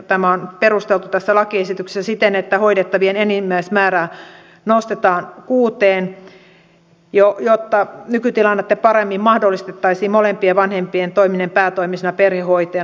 tämä on perusteltu tässä lakiesityksessä siten että hoidettavien enimmäismäärä nostetaan kuuteen jotta nykytilannetta paremmin mahdollistettaisiin molempien vanhempien toimiminen päätoimisena perhehoitajana